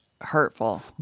hurtful